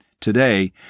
today